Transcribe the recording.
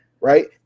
right